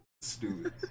stupid